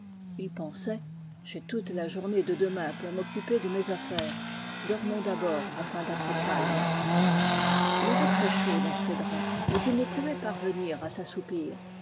il pensait j'ai toute la journée de demain pour m'occuper de mes affaires dormons d'abord afin d'être calme il avait très chaud dans ses draps mais il ne pouvait parvenir à s'assoupir